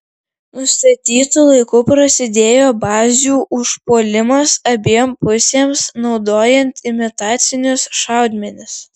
nustatytu laiku prasidėjo bazių užpuolimas abiem pusėms naudojant imitacinius šaudmenis